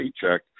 paycheck